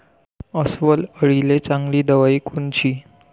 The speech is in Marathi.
अस्वल अळीले चांगली दवाई कोनची?